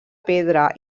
pedra